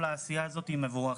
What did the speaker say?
כל העשייה הזאת היא מבורכת.